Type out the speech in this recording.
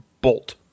bolt